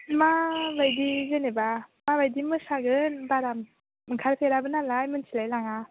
माबायदि जेनेबा माबायदि मोसागोन बारा ओंखारफेराबो नालाय मिन्थिलायलाङा